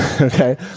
okay